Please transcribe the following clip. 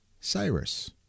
Cyrus